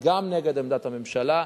גם נגד עמדת הממשלה.